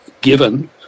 given